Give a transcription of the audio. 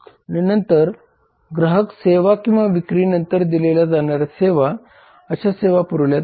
आणि त्यानंतर ग्राहक सेवा किंवा विक्री नंतर दिल्या जाणाऱ्या सेवा अशा सेवा पुरविल्या जातात